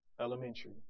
elementary